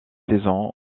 saison